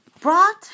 brought